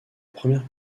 première